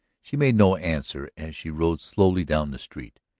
she made no answer as she rode slowly down the street.